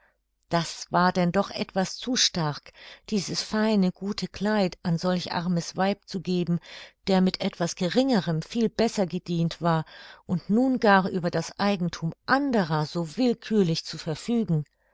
das war denn doch etwas zu stark dieses feine gute kleid an solch armes weib zu geben der mit etwas geringerem viel besser gedient war und nun gar über das eigenthum anderer so willkürlich zu verfügen